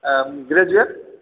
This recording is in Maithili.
ग्रेजुएट